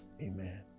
amen